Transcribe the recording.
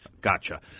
Gotcha